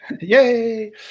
Yay